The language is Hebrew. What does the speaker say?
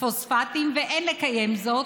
פוספטים ואין לקיים זאת,